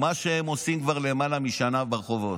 מה שהם עושים כבר יותר משנה ברחובות.